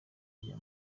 ajya